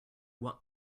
what